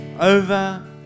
Over